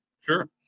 Sure